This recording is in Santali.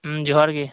ᱦᱩᱸ ᱡᱚᱦᱟᱨ ᱜᱮ